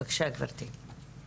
בבקשה, גבירתי.